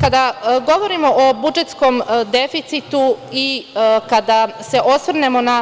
Kada govorimo o budžetskom deficitu i kada se osvrnemo na